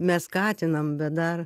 mes skatinam bet dar